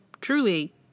truly